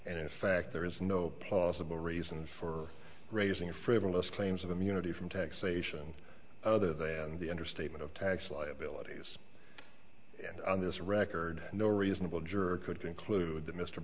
and in fact there is no plausible reason for raising frivolous claims of immunity from taxation other than the understatement of tax liabilities and on this record no reasonable juror could conclude that mr